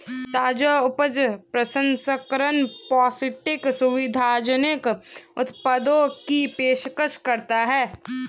ताजा उपज प्रसंस्करण पौष्टिक, सुविधाजनक उत्पादों की पेशकश करता है